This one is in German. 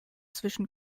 zwischen